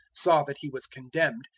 saw that he was condemned,